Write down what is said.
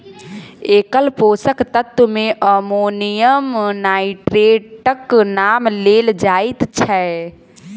एकल पोषक तत्व मे अमोनियम नाइट्रेटक नाम लेल जाइत छै